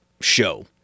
show